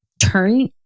turn